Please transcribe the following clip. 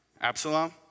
Absalom